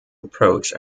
approach